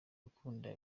bakunda